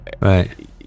Right